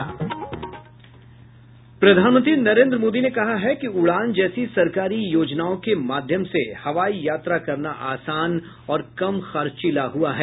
प्रधानमंत्री नरेन्द्र मोदी ने कहा है कि उड़ान जैसी सरकारी योजनाओं के माध्यम से हवाई यात्रा करना आसान और कम खर्चीला हुआ है